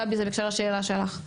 גבי, זה בהקשר לשאלה שלך.